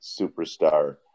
superstar